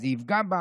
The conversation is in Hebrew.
זה יפגע בה?